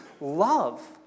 love